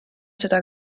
seda